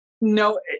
no